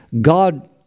God